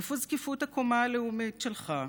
איפה זקיפות הקומה הלאומית שלך,